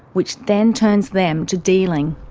which then turns them to dealing.